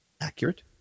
accurate